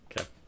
Okay